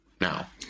now